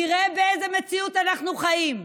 תראה באיזו מציאות אנחנו חיים.